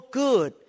good